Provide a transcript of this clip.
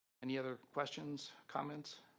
any other questions, comments?